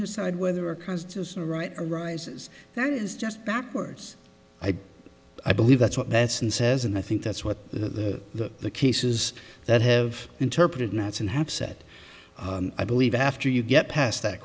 decide whether a constitutional right arises that is just backwards i i believe that's what that's and says and i think that's what the the cases that have interpreted nights and have said i believe after you get past that